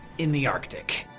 in the arctic.